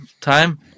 time